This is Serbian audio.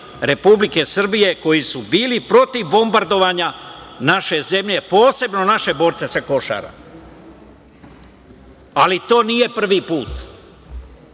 Republike Srbije koji su bili protiv bombardovanja naše zemlje, posebno naše borce sa Košara. To nije prvi put